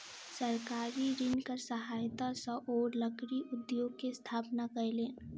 सरकारी ऋणक सहायता सॅ ओ लकड़ी उद्योग के स्थापना कयलैन